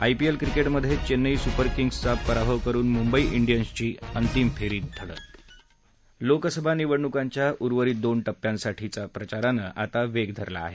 IPL क्रिकेटमध्ये Chennai super किंग्जचा पराभव करून मुंबई इंडियन्सची अंतिम फेरीत धडक लोकसभा निवडणुकांच्या उर्वरीत दोन टप्प्यांसाठीचा प्रचारानं आता वेग धरला आहे